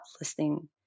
listening